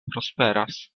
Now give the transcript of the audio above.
prosperas